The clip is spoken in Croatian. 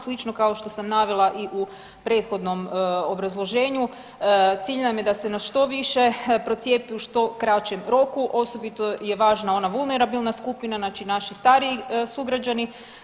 Slično kao što sam navela i u prethodnom obrazloženju cilj nam je da se na što više procijepi u što kraćem roku, osobito je važna ona vulnerabilna skupina, znači naši stariji sugrađani.